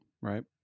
Right